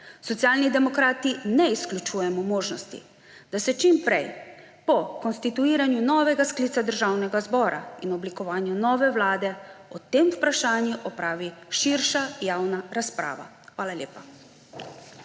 Socialni demokrati ne izključujemo možnosti, da se čim prej po konstituiranju novega sklica Državnega zbora in oblikovanju nove vlade o tem vprašanju opravi širša javna razprava. Hvala lepa.